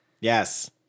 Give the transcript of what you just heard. Yes